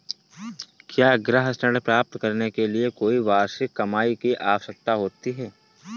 क्या गृह ऋण प्राप्त करने के लिए कोई वार्षिक कमाई की आवश्यकता है?